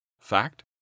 Fact